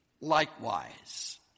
likewise